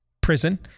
prison